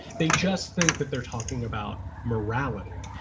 they just think that they're talking about morality.